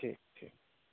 ঠিক ঠিক